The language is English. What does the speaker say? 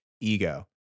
ego